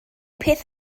peth